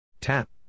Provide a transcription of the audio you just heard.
Tap